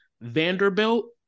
Vanderbilt